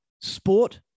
sport